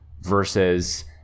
versus